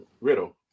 riddle